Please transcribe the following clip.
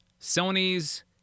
Sony's